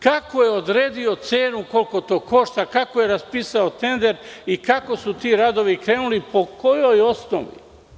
Kako je odredio cenu koliko to košta, kako je raspinjao tender i kako su ti radovi krenuli, po kojoj osnovi?